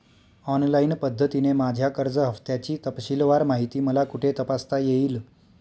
Online पद्धतीने माझ्या कर्ज हफ्त्याची तपशीलवार माहिती मला कुठे तपासता येईल?